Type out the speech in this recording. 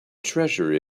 treasure